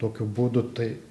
tokiu būdu tai